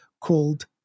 called